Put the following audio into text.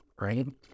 right